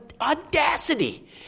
audacity